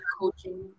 coaching